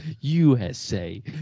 usa